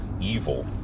evil